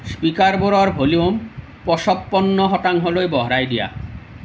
স্পীকাৰবোৰৰ volume পঁচপন্ন শতাংশলৈ বঢ়াই দিয়া